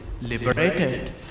Liberated